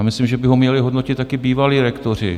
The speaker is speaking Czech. Myslím si, že by ho měli hodnotit také bývalí rektoři.